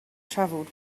travelled